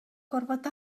gorfod